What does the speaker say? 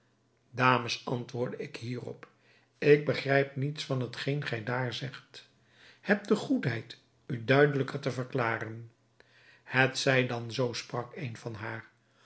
dames antwoordde ik hierop ik begrijp niets van hetgeen gij daar zegt hebt de goedheid u duidelijker te verklaren het zij dan zoo sprak eene van haar